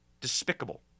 Despicable